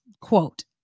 quote